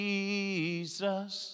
Jesus